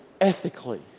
ethically